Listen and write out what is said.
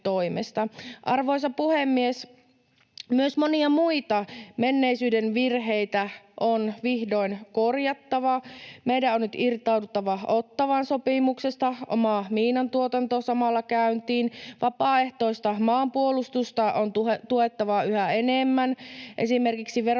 Arvoisa puhemies! Myös monia muita menneisyyden virheitä on vihdoin korjattava. Meidän on nyt irtauduttava Ottawan sopimuksesta, ja oma miinantuotanto samalla käyntiin. Vapaaehtoista maanpuolustusta on tuettava yhä enemmän, esimerkiksi verovähen-nysoikeudella